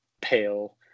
pale